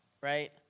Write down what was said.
right